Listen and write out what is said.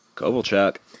kovalchuk